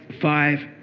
five